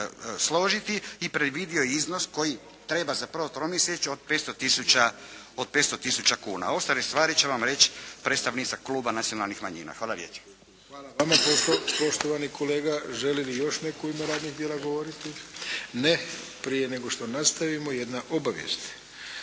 i predvidio je iznos koji treba za prvo tromjesečje od 500 tisuća kuna, ostale stvari će vam reći predstavnica kluba Nacionalnih manjina. Hvala lijepa. **Arlović, Mato (SDP)** Hvala vama poštovani kolega. Želi li još netko u ime radnih tijela govoriti? Ne. Prije nego što nastavimo ,jedna obavijest.